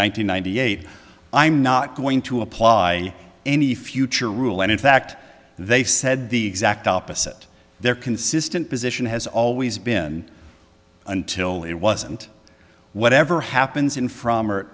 eighty eight i'm not going to apply any future rule and in fact they said the exact opposite their consistent position has always been until it wasn't whatever happens in from